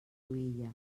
cruïlla